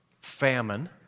famine